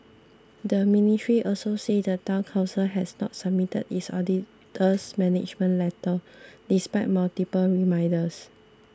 the ministry also said the Town Council has not submitted its auditor's management letter despite multiple reminders